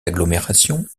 agglomération